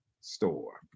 store